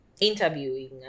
interviewing